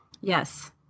Yes